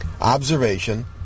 observation